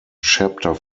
chapter